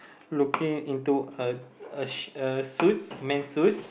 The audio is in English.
looking into a a sh~ a suit a men suit